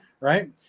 Right